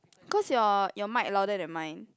cause your your mic louder than mine